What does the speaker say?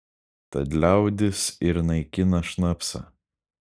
tad liaudis ir naikina šnapsą